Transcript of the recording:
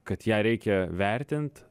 kad ją reikia vertint